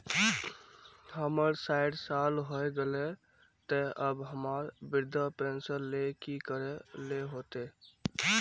हमर सायट साल होय गले ते अब हमरा वृद्धा पेंशन ले की करे ले होते?